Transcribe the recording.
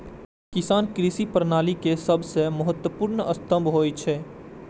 किसान कृषि प्रणाली के सबसं महत्वपूर्ण स्तंभ होइ छै